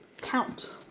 count